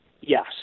yes